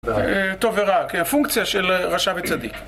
טוב ורע, כי הפונקציה של רשע וצדיק